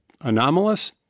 anomalous